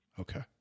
Okay